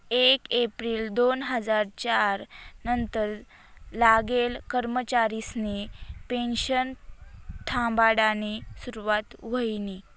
येक येप्रिल दोन हजार च्यार नंतर लागेल कर्मचारिसनी पेनशन थांबाडानी सुरुवात व्हयनी